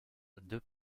deux